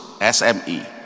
SME